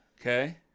Okay